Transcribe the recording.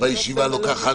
והישיבה לוקחת,